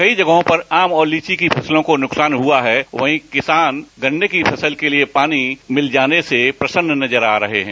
कई जगहों पर आम और लीची की फसलों को नुकसान हुआ वहीं किसान गन्ने की फसल के लिए पानी उपलब्ध हो जाने से प्रश्न नजर आ रहे हैं